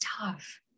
tough